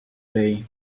day